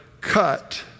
cut